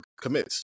commits